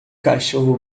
cachorro